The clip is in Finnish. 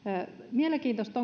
mielenkiintoista